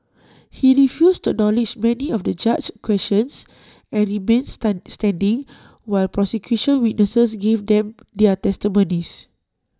he refused to acknowledge many of the judge's questions and remained standing while prosecution witnesses gave them their testimonies